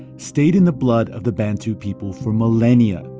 stayed in the blood of the bantu people for millennia.